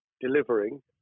delivering